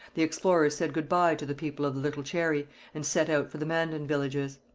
the explorers said good-bye to the people of the little cherry and set out for the mandan villages.